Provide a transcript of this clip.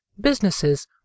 businesses